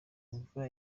imvura